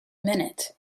minute